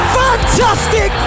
fantastic